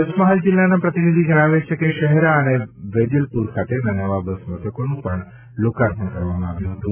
પંચમહાલ જિલ્લાના પ્રતિનિધિ જણાવે છે કે શહેરા અને વેજલપુર ખાતેના નવા બસ મથકોનું લોકાર્પણ કરવામાં આવ્યું હતું